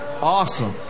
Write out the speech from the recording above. Awesome